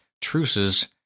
truces